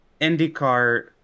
IndyCar